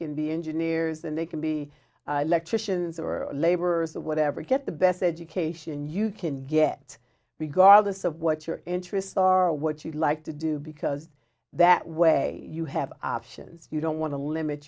can be engineers and they can be electricians or laborers or whatever get the best education you can get regardless of what your interests are what you like to do because that way you have options you don't want to limit